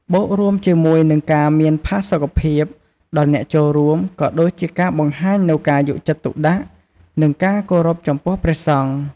បូករួមជាមួយនិងការមានផាសុខភាពដល់អ្នកចូលរួម ក៏ដូចជាការបង្ហាញនូវការយកចិត្តទុកដាក់ និងការគោរពចំពោះព្រះសង្ឃ។